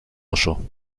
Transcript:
oso